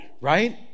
right